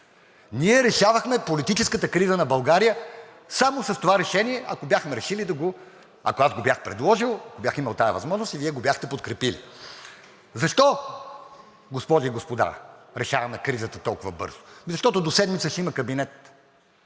Ние решавахме политическата криза на България само с това решение, ако аз го бях предложил и бях имал тая възможност, а Вие го бяхте подкрепили. Защо, госпожи и господа, решаваме кризата толкова бързо? Защото до седмица ще има кабинет!